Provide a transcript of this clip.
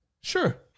Sure